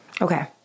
Okay